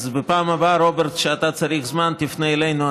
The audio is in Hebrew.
אז בפעם הבאה, כשאתה צריך זמן, רוברט, תפנה אלינו.